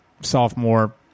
Sophomore